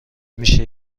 میشه